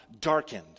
darkened